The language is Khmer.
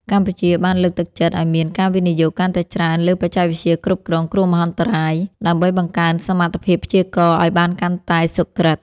កម្ពុជាបានលើកទឹកចិត្តឱ្យមានការវិនិយោគកាន់តែច្រើនលើបច្ចេកវិទ្យាគ្រប់គ្រងគ្រោះមហន្តរាយ ដើម្បីបង្កើនសមត្ថភាពព្យាករណ៍ឱ្យបានកាន់តែសុក្រឹត។